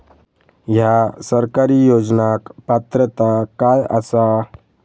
हया सरकारी योजनाक पात्रता काय आसा?